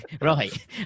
Right